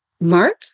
Mark